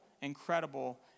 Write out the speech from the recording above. incredible